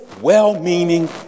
well-meaning